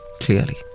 clearly